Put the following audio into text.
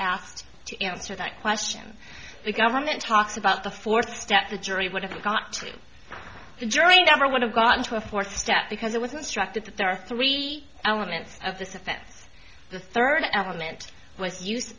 asked to answer that question the government talks about the fourth step the jury would have got to the jury never would have gotten to a fourth step because it was instructed that there are three elements of this offense the third element was use